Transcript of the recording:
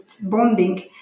bonding